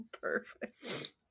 perfect